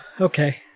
okay